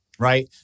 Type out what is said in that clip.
Right